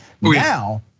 Now